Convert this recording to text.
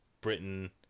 Britain